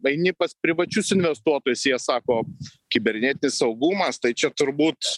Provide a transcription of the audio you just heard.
aini pas privačius investuotojus jie sako kibernetinis saugumas tai čia turbūt